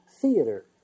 theater